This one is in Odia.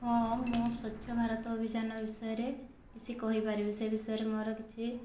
ହଁ ମୁଁ ସ୍ୱଚ୍ଛ ଭାରତ ଅଭିଯାନ ବିଷୟରେ କିଛି କହି ପାରିବି ସେ ବିଷୟରେ ମୋର କିଛି